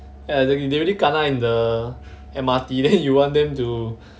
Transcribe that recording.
ya exactly they already kena in the M_R_T then you want them to